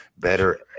Better